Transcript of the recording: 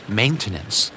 maintenance